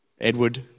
Edward